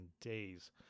days